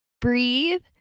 breathe